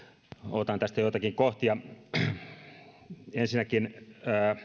otan tästä joitakin kohtia ensinnäkin